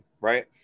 right